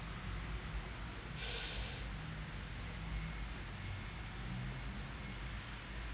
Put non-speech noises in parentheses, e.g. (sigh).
(breath)